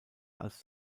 als